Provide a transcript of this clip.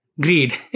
greed